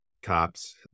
cops